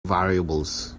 variables